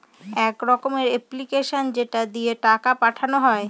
এক রকমের এপ্লিকেশান যেটা দিয়ে টাকা পাঠানো হয়